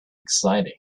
exciting